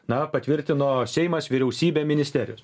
na patvirtino seimas vyriausybė ministerijos